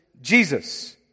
Jesus